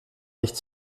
nicht